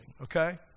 okay